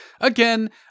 again